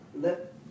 Let